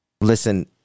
Listen